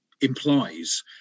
implies